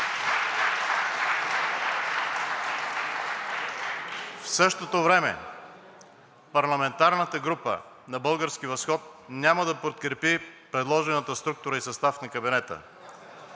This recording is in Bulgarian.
В същото време парламентарната група на „Български възход“ няма да подкрепи предложената структура и състав на кабинета